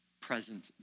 present